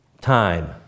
Time